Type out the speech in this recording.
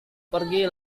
pergi